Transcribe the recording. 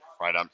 right